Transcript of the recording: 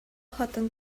хатын